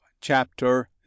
chapter